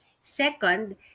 Second